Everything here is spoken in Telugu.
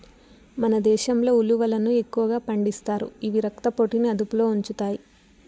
మన దేశంలో ఉలవలను ఎక్కువగా పండిస్తారు, ఇవి రక్త పోటుని అదుపులో ఉంచుతాయి